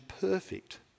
perfect